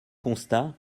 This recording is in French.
constat